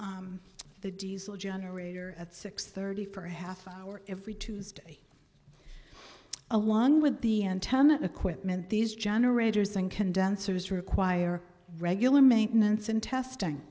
r the diesel generator at six thirty for a half hour every tuesday along with the antenna equipment these generators and condensers require regular maintenance and testing